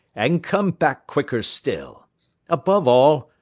and come back quicker still above all,